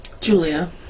Julia